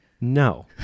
No